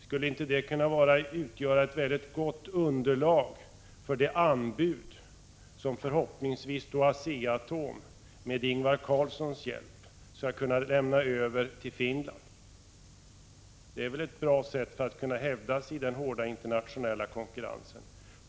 Skulle inte det kunna utgöra ett väldigt gott underlag för det anbud som förhoppningsvis ASEA-ATOM med Ingvar Carlssons hjälp skall kunna lämna över till Finland? Det är väl ett bra sätt att arbeta för att kunna hävda sig i den hårda internationella konkurrensen.